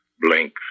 Blink